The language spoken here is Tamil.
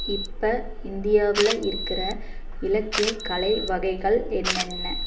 இப்போ இந்தியாவில் இருக்கிற இலக்கிய கலை வகைகள் என்னென்ன